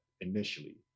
initially